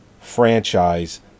franchise